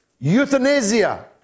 euthanasia